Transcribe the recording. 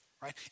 right